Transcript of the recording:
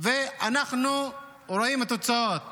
ואנחנו רואים את התוצאות